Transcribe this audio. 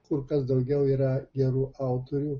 kur kas daugiau yra gerų autorių